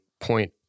point